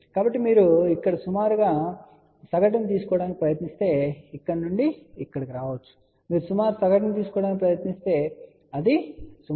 కాబట్టి మీరు ఇక్కడ సుమారుగా సగటుని తీసుకోవటానికి ప్రయత్నిస్తే ఇక్కడ నుండి ఇక్కడికి రావచ్చు మీరు సుమారుగా సగటుని తీసుకోవడానికి ప్రయత్నిస్తే అది సుమారు 60Ω గా ఉంటుంది